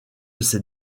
ces